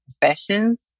professions